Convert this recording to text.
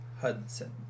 Hudson